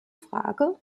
frage